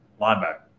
linebacker